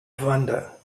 wonder